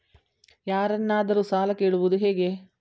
ಯಾರನ್ನಾದರೂ ಸಾಲ ಕೇಳುವುದು ಹೇಗೆ?